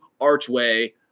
archway